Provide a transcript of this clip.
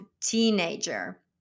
teenager